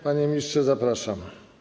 Panie ministrze, zapraszam.